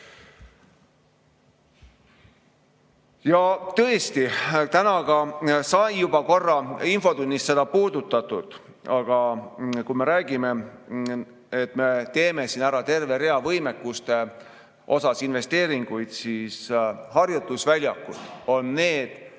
Tõesti, täna sai juba korra infotunnis seda puudutatud, aga kui me räägime, et me teeme terve rea võimete jaoks ära investeeringud, siis harjutusväljakud on need,